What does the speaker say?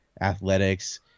athletics